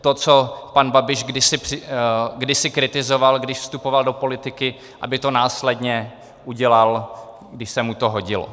To, co pan Babiš kdysi kritizoval, když vstupoval do politiky, aby to následně udělal, když se mu to hodilo.